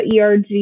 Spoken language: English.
ERG